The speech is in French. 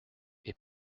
est